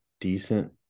decent